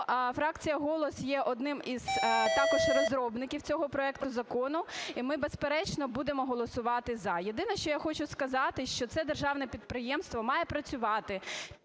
фракція "Голос" є одним із також розробників цього проекту закону, і ми, безперечно, будемо голосувати "за". Єдине, що я хочу сказати, що це державне підприємство має працювати